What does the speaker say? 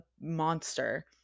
monster